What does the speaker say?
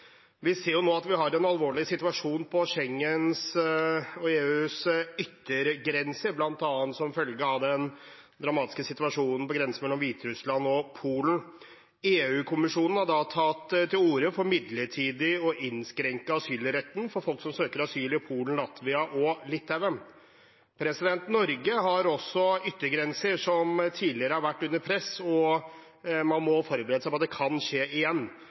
Vi ser nå at vi har en alvorlig situasjon på Schengens og EUs yttergrense, bl.a. som følge av den dramatiske situasjonen på grensen mellom Hviterussland og Polen. EU-kommisjonen har tatt til orde for midlertidig å innskrenke asylretten for folk som søker asyl i Polen, Latvia og Litauen. Norge har også yttergrenser som tidligere har vært under press, og man må forberede seg på at det kan skje igjen.